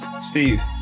Steve